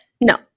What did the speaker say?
No